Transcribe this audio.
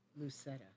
Lucetta